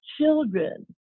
children